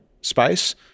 space